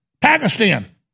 Pakistan